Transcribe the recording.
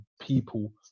people